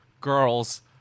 girls